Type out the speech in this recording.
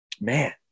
Man